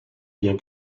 bien